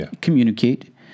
communicate